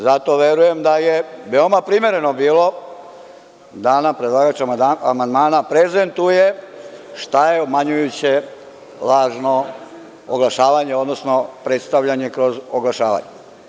Zato verujem da je veoma primereno bilo da nam predlagač amandmana prezentuje šta je obmanjujuće, lažno oglašavanje, odnosno predstavljanje kroz oglašavanje.